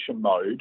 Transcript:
mode